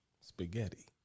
Spaghetti